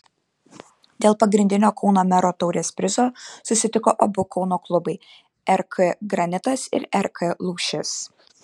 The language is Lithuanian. dėl pagrindinio kauno mero taurės prizo susitiko abu kauno klubai rk granitas ir rk lūšis